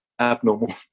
abnormal